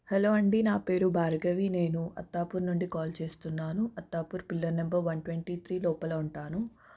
hello అండి నా పేరు భార్గవి నేను అత్తాపూర్ నుండి కాల్ చేస్తున్నాను Attapur pillar number one twenty three లోపల ఉంటాను